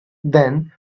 then